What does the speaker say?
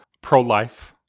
pro-life